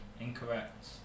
Incorrect